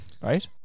right